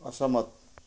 असहमत